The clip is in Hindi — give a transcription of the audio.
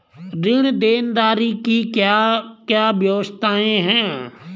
ऋण देनदारी की क्या क्या व्यवस्थाएँ हैं?